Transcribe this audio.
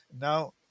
now